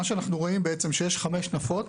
ישנן חמש נפות